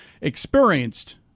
experienced